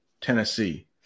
Tennessee